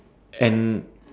and